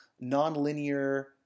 non-linear